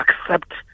accept